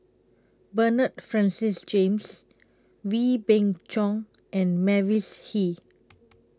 Bernard Francis James Wee Beng Chong and Mavis Hee